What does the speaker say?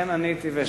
אכן, עניתי והשבתי.